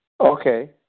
Okay